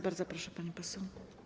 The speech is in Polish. Bardzo proszę, pani poseł.